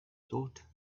thought